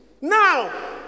now